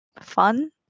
fun